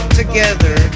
together